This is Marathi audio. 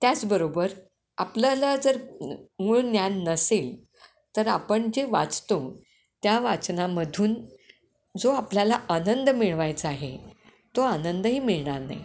त्याचबरोबर आपल्याला जर मूळ ज्ञान नसेल तर आपण जे वाचतो त्या वाचनामधून जो आपल्याला आनंद मिळवायचा आहे तो आनंदही मिळणार नाही